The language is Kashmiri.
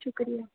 شُکریہِ